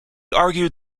argued